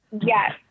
Yes